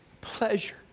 pleasure